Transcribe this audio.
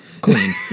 clean